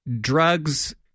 drugs